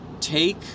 take